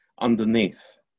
underneath